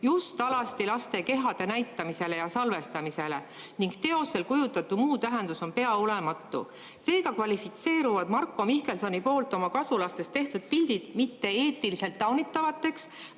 just alasti lastekehade näitamisele ja salvestamisele ning teosel kujutatud muu tähendus on pea olematu."Seega kvalifitseeruvad Marko Mihkelsoni oma kasulastest tehtud pildid mitte eetiliselt taunitavaks,